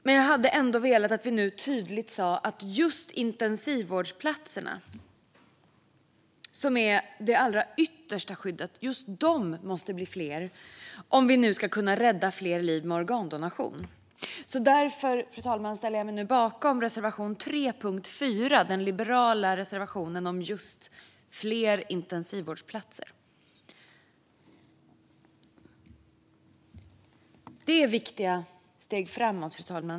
Men jag hade ändå velat att vi nu tydligt sa att just intensivvårdsplatserna, som är det allra yttersta skyddet, måste bli fler om vi ska kunna rädda fler liv med organdonation. Därför, fru talman, yrkar jag nu bifall till reservation 3, under punkt 4 - den liberala reservationen om just fler intensivvårdsplatser. Det är viktiga steg framåt.